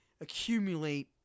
accumulate